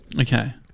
Okay